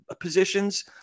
positions